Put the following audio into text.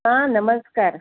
हां नमस्कार